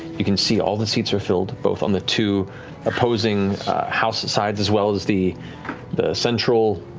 you can see all the seats are filled, both on the two opposing house sides as well as as the the central